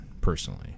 personally